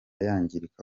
yangirika